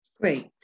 Great